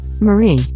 Marie